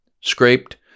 scraped